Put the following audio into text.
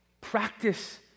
practice